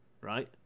right